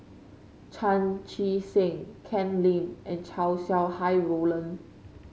Chan Chee Seng Ken Lim and Chow Sau Hai Roland